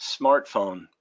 smartphone